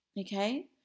okay